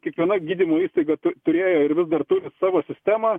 kiekviena gydymo įstaiga turėjo ir vis dar turi savo sistemą